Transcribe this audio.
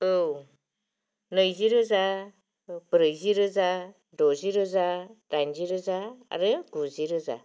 औ नैजिरोजा ब्रैजिरोजा द'जिरोजा दाइनजिरोजा आरो गुजिरोजा